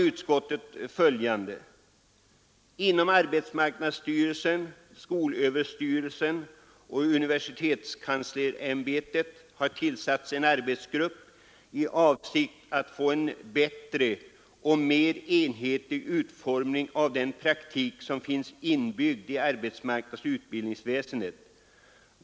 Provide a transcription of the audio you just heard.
Utskottet anför: ”Inom arbetsmarknadsstyrelsen, skolöverstyrelsen Nr 60 och universiterskenslersämbetet har tillsatts en arbetsgrupp ä avsikt att få Onsdagen den en bättre och mer enhetlig utformning av den praktik, som finns inbyggd 17 april 1974 i arbetsmarknadsoch utbildningsväsendet.